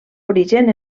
origen